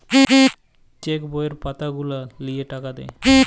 check বইয়ের পাতা গুলা লিয়ে টাকা দেয়